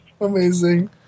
Amazing